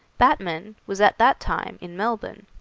batman was at that time in melbourne.